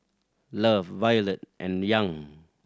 love Violet and Young